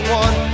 one